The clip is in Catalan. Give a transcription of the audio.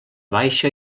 baixa